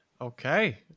Okay